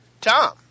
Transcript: Tom